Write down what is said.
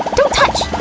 don't touch!